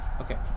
Okay